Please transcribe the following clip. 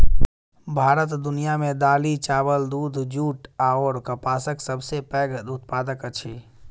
भारत दुनिया मे दालि, चाबल, दूध, जूट अऔर कपासक सबसे पैघ उत्पादक अछि